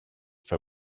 for